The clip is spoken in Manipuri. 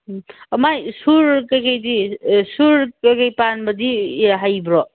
ꯎꯝ ꯃꯥꯏ ꯁꯨꯔ ꯀꯩ ꯀꯩꯗꯤ ꯁꯨꯔ ꯀꯩꯀꯩ ꯄꯥꯟꯕꯗꯤ ꯍꯩꯕ꯭ꯔꯣ